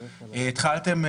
התחלתם,